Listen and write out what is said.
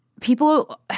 people